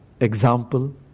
example